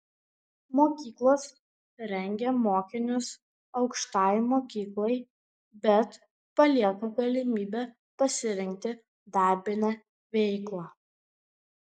mokyklos rengia mokinius aukštajai mokyklai bet palieka galimybę pasirinkti darbinę veiklą